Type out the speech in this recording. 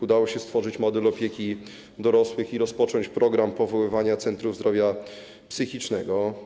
Udało się stworzyć model opieki nad dorosłymi i rozpocząć program powoływania centrów zdrowia psychicznego.